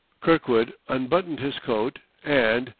kirkwood unbuttoned his coat and,